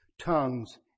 tongues